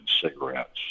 cigarettes